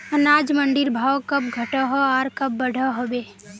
अनाज मंडीर भाव कब घटोहो आर कब बढ़ो होबे?